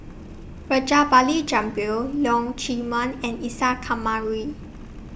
Rajabali Jumabhoy Leong Chee Mun and Isa Kamari